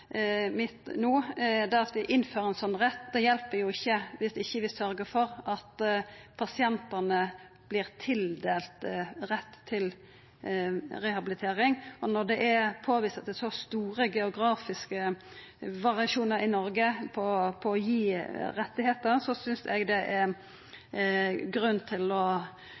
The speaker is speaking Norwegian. mitt no, at det å innføra ein sånn rett hjelper ikkje dersom vi ikkje sørgjer for at pasientane vert tildelte rett til rehabilitering. Og når det er påvist at det er så store geografiske variasjonar i Noreg på å gi rettar, synest eg det er grunn til å